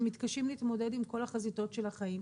שהם מתקשים להתמודד עם כל החזיתות של החיים.